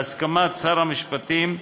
בהסכמת שר המשפטים,